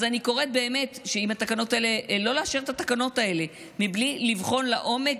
אז אני קוראת לא לאשר את התקנות האלה בלי לבחון לעומק